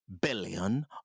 billion